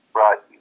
right